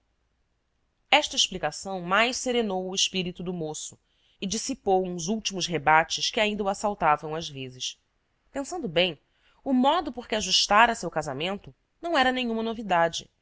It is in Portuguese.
esta explicação mais serenou o espírito do moço e dissipou uns últimos rebates que ainda o assaltavam às vezes pensando bem o modo por que ajustara seu casamento não era nenhuma novidade